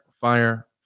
fire